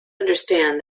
understand